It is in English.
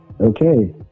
Okay